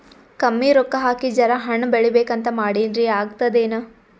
ಕಮ್ಮಿ ರೊಕ್ಕ ಹಾಕಿ ಜರಾ ಹಣ್ ಬೆಳಿಬೇಕಂತ ಮಾಡಿನ್ರಿ, ಆಗ್ತದೇನ?